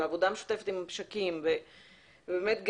ועבודה משותפת עם ממשקים אגב,